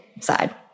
side